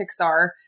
pixar